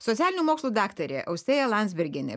socialinių mokslų daktarė austėja landsbergienė